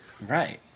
Right